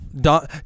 Don